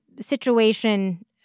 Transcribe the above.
situation